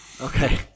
Okay